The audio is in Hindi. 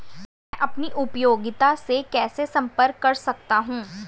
मैं अपनी उपयोगिता से कैसे संपर्क कर सकता हूँ?